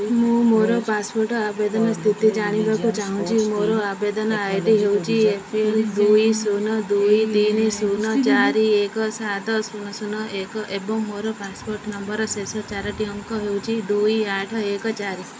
ମୁଁ ମୋର ପାସପୋର୍ଟ ଆବେଦନ ସ୍ଥିତି ଜାଣିବାକୁ ଚାହୁଁଛି ମୋର ଆବେଦନ ଆଇ ଡ଼ି ହେଉଛି ଏ ପି ଏଲ୍ ଦୁଇ ଶୂନ ଦୁଇ ତିନି ଶୂନ ଚାରି ଏକ ସାତ ଶୂନ ଶୂନ ଏକ ଏବଂ ମୋର ପାସପୋର୍ଟ ନମ୍ବରର ଶେଷ ଚାରୋଟି ଅଙ୍କ ହେଉଛି ଦୁଇ ଆଠ ଏକ ଚାରି